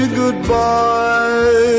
goodbye